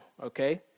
okay